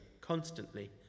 constantly